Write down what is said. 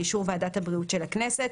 באישור ועדת הבריאות של הכנסת.